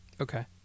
Okay